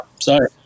sorry